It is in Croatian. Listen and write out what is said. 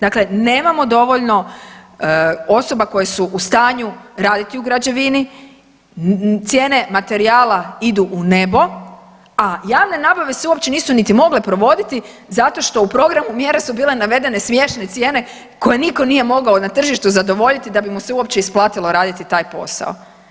Dakle, nemamo dovoljno osoba koje su u stanju raditi u građevini, cijene materijala idu u nebo, a javne nabave se uopće nisu niti mogle provoditi zato što u programu, mjere su bile navedene smiješne cijene koje nitko nije mogao na tržištu zadovoljiti da bi mu se uopće isplatilo raditi taj posao.